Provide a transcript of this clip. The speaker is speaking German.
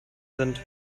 sind